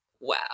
wow